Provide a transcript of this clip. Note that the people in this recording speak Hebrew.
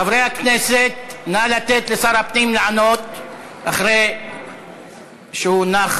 חברי הכנסת, נא לתת לשר הפנים לענות אחרי שהוא נח